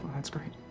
that's great.